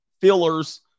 fillers